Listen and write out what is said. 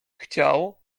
chciał